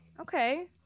okay